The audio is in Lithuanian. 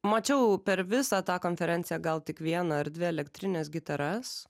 mačiau per visą tą konferenciją gal tik vieną ar dvi elektrines gitaras